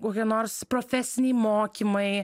kokie nors profesiniai mokymai